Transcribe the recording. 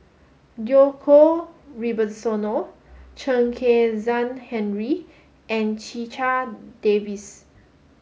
Djoko Wibisono Chen Kezhan Henri and Checha Davies